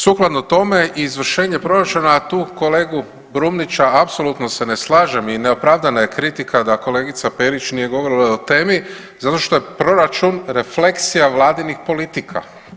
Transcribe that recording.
Sukladno tome izvršenje proračuna, a tu kolegu Brumnića apsolutno se ne slažem i neopravdana je kritika da kolegica Perić nije govorila o temi zato što je proračun refleksija vladinih politika.